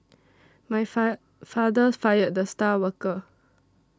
my fire father fired the star worker